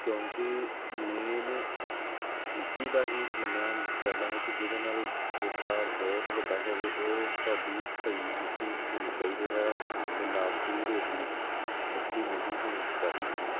ਕਿਉਂਕਿ ਮੇਨ ਮਿੱਟੀ ਦਾ ਹੀ ਮੰਨਿਆ ਜਾਂਦਾ ਹੈ ਕਿ ਜਿਹਦੇ ਨਾਲ ਬੂਟਾ ਬਹੁਤ ਵੱਡਾ ਹੋਵੇ ਉਹ ਤੁਹਾਡੀ ਸਹੀ ਮਿੱਟੀ ਹੋਣੀ ਚਾਹੀਦੀ ਹੈ ਮਿਲਾਵਟੀ ਰੇਤਲੀ ਮਿੱਟੀ ਨਹੀਂ ਹੋਣੀ ਚਾਹੀਦੀ